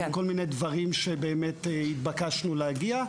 וכל מיני דברים שהתבקשנו לדבר עליהם.